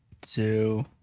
two